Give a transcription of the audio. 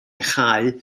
chau